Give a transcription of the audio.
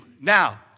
Now